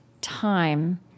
time